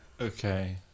Okay